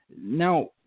Now